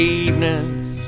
evenings